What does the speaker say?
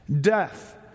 Death